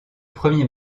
premier